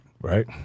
Right